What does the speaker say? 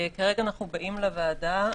כרגע אנחנו באים לוועדה.